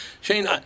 Shane